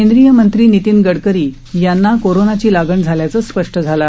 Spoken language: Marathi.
केंद्रीय मंत्री नितीन गडकरी यांना कोरोनाची लागण झाल्याचं स्पष्ट झालं आहे